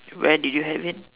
where did you have it